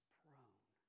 prone